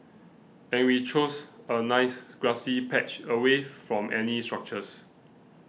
and we chose a nice grassy patch away from any structures